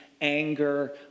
anger